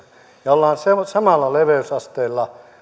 ja ollaan samalla leveysasteella